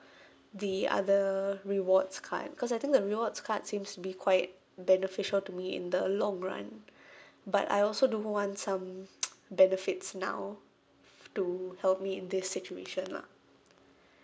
the other rewards card because I think the rewards card seems to be quite beneficial to me in the long run but I also do want some benefits now to help me in this situation lah